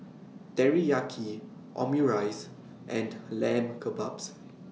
Teriyaki Omurice and Lamb Kebabs